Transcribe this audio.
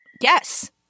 Yes